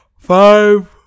five